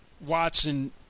Watson